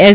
S